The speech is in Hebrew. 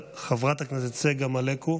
חברת הכנסת צגה מלקו,